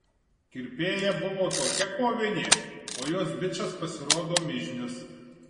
kirpėja buvo tokia kovinė o jos bičas pasirodo mižnius